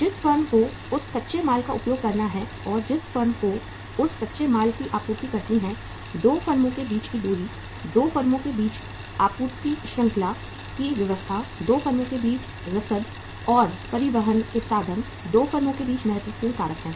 जिस फर्म को उस कच्चे माल का उपयोग करना है और जिस फर्म को उस कच्चे माल की आपूर्ति करनी है 2 फर्मों के बीच की दूरी 2 फर्मों के बीच आपूर्ति श्रृंखला की व्यवस्था 2 फर्मों के बीच रसद और परिवहन के साधन 2 फर्मों के बीच महत्वपूर्ण कारक हैं